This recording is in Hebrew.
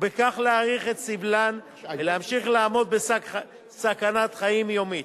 ובכך להאריך את סבלן ולהמשיך ולעמוד בסכנת חיים יומיומית.